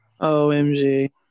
OMG